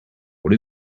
what